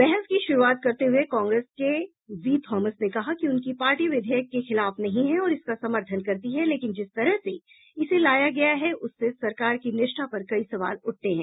बहस की शुरूआत करते हुए कांग्रेस के केवी थॉमस ने कहा कि उनकी पार्टी विधेयक के खिलाफ नहीं है और इसका समर्थन करती है लेकिन जिस तरह से इसे लाया गया है उससे सरकार की निष्ठा पर कई सवाल उठते हैं